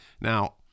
Now